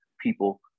people